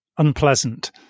unpleasant